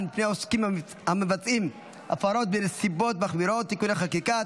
מפני עוסקים המבצעים הפרות בנסיבות מחמירות (תיקוני חקיקה),